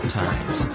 times